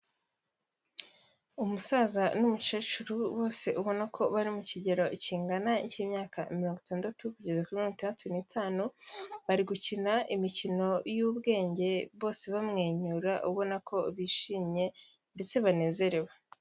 Umusaza n'umukecuru bose ubona ko bari mu kigero kingana cy'imyaka mirongo itandatu kugeza kuri antandatu n'itanu, bari gukina imikino y'ubwenge bose bamwenyura ubona ko bishimye ndetse banezerewe.